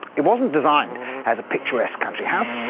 it wasn't designed as a picturesque country house,